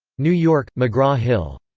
new york mcgraw-hill.